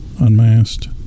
unmasked